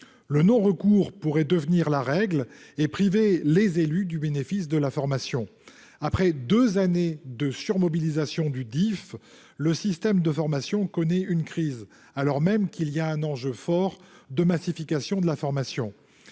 Le non-recours pourrait ainsi devenir la règle et priver les élus du bénéfice de la formation. Après deux années de « surmobilisation » du Dife, le système de formation connaît une crise, en dépit de l'enjeu important de massification de la formation.